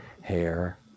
hair